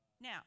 Now